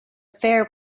fair